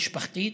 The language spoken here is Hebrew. משפחתית,